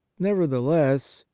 nevertheless,